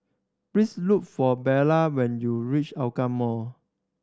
please look for Bella when you reach Hougang Mall